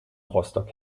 rostock